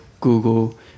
Google